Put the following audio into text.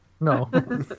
No